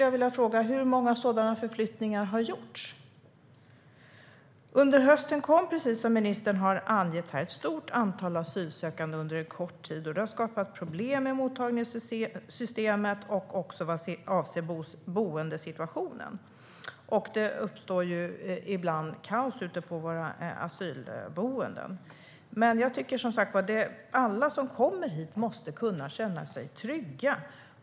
Jag vill fråga: Hur många sådana förflyttningar har skett? Precis som ministern har angett kom det under hösten ett stort asylsökande under kort tid. Det har skapat problem i mottagningssystemet och även vad avser boendesituation. Det uppstår ibland kaos på våra asylboenden. Alla som kommer hit måste kunna känna sig trygga.